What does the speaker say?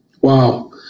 Wow